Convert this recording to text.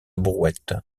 brouette